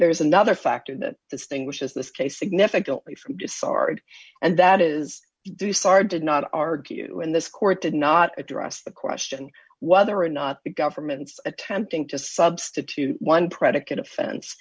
there is another factor that distinguishes this case significantly from sorry and that is do sorry i did not argue in this court did not address the question whether or not the government's attempting to substitute one predicate offen